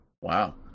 Wow